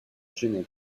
genève